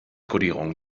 kodierung